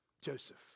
Joseph